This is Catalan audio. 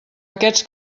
aquests